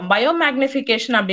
Biomagnification